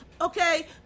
okay